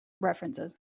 references